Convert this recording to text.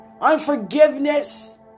unforgiveness